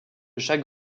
chaque